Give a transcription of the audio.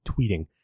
tweeting